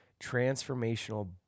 transformational